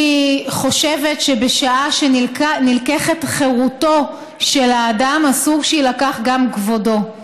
אני חושבת שבשעה שנלקחת חירותו של האדם אסור שיילקח גם כבודו,